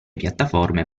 piattaforme